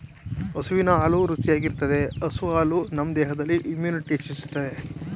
ಹಸುವಿನ ಹಾಲು ರುಚಿಯಾಗಿರ್ತದೆ ಹಸು ಹಾಲು ನಮ್ ದೇಹದಲ್ಲಿ ಇಮ್ಯುನಿಟಿನ ಹೆಚ್ಚಿಸ್ತದೆ